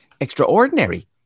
extraordinary